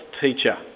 teacher